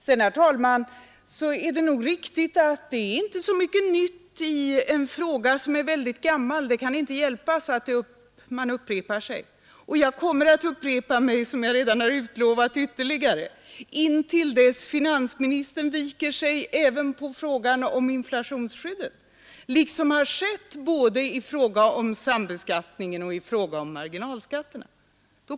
Det är nog riktigt att det inte är så mycket nytt i en fråga som är väldigt gammal — det kan inte hjälpas att man upprepar sig. Och jag kommer, som jag redan utlovat, att upprepa mig fler gånger och anföra ungefär samma argument intill dess finansministern viker sig även på frågan om inflationsskydd liksom han har gjort i fråga om både sambeskattningen och marginalskatterna.